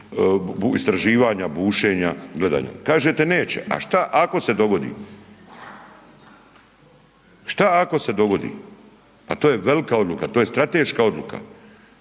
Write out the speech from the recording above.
istraživanja, bušenja, gledanja. Kažete neće, a šta ako se dogodi, šta ako se dogodi? Pa to je velka odluka, to je strateška odluka.